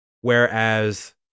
whereas